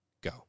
Go